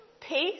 peace